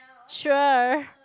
sure